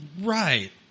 Right